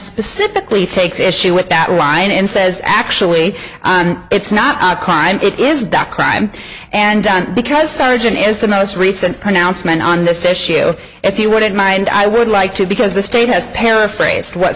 specifically takes issue with that line and says actually it's not a crime it is that crime and because sergeant is the most recent pronouncement on this issue if you wouldn't mind i would like to because the state has paraphrased what